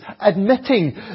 admitting